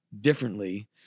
differently